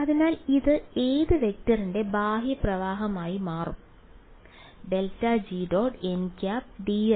അതിനാൽ ഇത് ഏത് വെക്ടറിന്റെ ബാഹ്യ പ്രവാഹമായി മാറും ∇G · nˆ dl